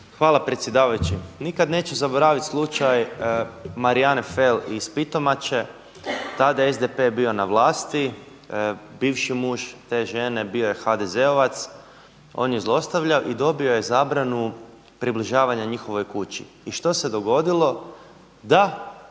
Hvala predsjedavajući. Nikad neću zaboraviti slučaj Marijene Fel iz Pitomače tada je SDP bio na vlasti. Bivši muž te žene bio je HDZ-ovac, on ju je zlostavljao i dobio je zabranu približavanja njihovoj kući. I što se dogodilo? Da,